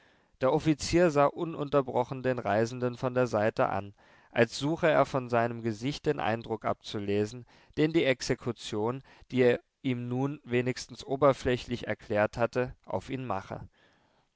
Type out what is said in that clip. der offizier sah ununterbrochen den reisenden von der seite an als suche er von seinem gesicht den eindruck abzulesen den die exekution die er ihm nun wenigstens oberflächlich erklärt hatte auf ihn mache